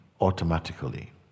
automatically